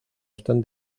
están